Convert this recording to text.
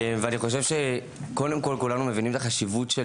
ואני חושב שקודם כל כולנו מבינים את החשיבות של